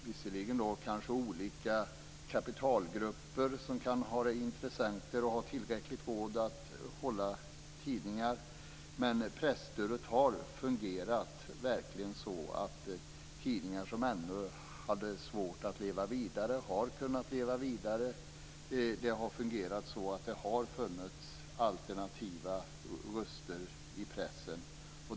Visserligen kanske olika kapitalgrupper, som kan ha intressenter, har råd att hålla tidningar, men presstödet har fungerat så att tidningar som har haft svårt att leva vidare har kunnat göra det. Det har fungerat så att det har funnits alternativa röster i pressen.